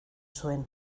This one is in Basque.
zuen